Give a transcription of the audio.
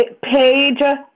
page